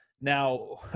now